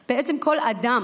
בעצם כל אדם.